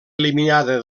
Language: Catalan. eliminada